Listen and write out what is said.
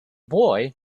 boy